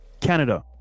Canada